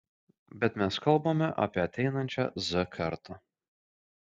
bet mes kalbame apie ateinančią z kartą